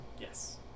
Yes